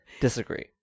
Disagree